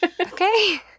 Okay